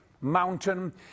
Mountain